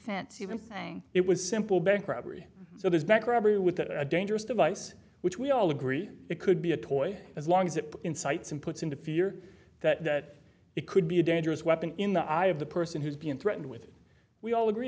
offense even saying it was simple bank robbery so this bank robbery with a dangerous device which we all agree it could be a toy as long as it incites inputs into fear that it could be a dangerous weapon in the eye of the person who's being threatened with we all agree